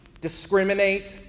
discriminate